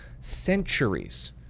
centuries